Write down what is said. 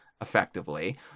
effectively